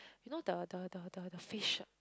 you know the the the the fish ah